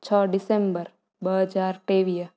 छह डिसेम्बर ॿ हज़ार टेवीह